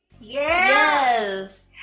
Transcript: Yes